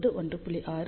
9 1